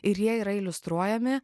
ir jie yra iliustruojami